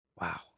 Wow